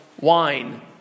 wine